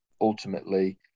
ultimately